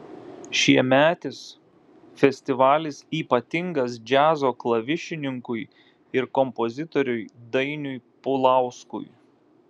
šiemetis festivalis ypatingas džiazo klavišininkui ir kompozitoriui dainiui pulauskui